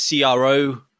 cro